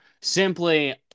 simply